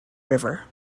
river